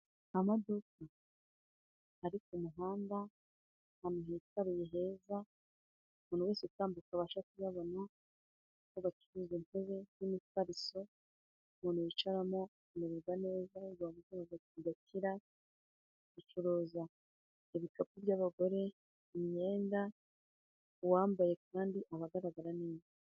Amaduka, ari ku muhanda ahantu hitaruye heza, umuntu wese utambutse abasha kuyabona, aho bacuruza intebe n'imifariso umuntu yicaramo akamererwa neza, urwaye umugongo ugakira, bacuruza ibikapu by'abagore, imyenda, uwambaye kandi aba agaragara neza.